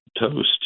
toast